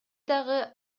дагы